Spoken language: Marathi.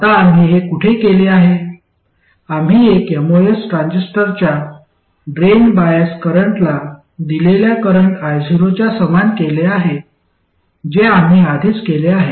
आता आम्ही हे कुठे केले आहे आम्ही एक एमओएस ट्रान्झिस्टरच्या ड्रेन बायस करंटला दिलेल्या करंट io च्या समान केले आहे जे आम्ही आधीच केले आहे